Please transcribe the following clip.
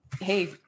hey